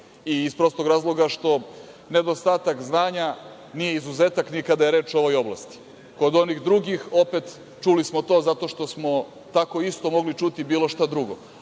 i iz prostog razloga što nedostatak znanja nije izuzetak ni kada je reč o ovoj oblasti. Kod onih drugih, opet, čuli smo to zato što smo tako isto mogli čuti bilo šta drugo,